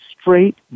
straight